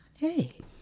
Hey